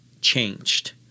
changed